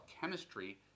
chemistry